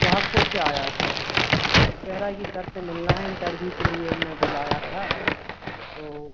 सोहागपुर से आया है सर वो कह रहा है कि सर से मिलना है इन्टरव्यू के लिए उने बुलाया था तो